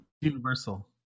Universal